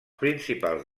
principals